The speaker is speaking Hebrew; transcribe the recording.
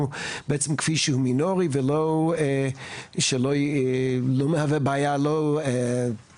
בעצם כביש שהוא מינורי ולא מהווה בעיה לא סביבתי,